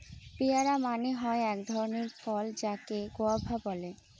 পেয়ারা মানে হয় এক ধরণের ফল যাকে গুয়াভা বলে